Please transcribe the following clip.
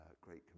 Great